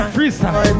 Freestyle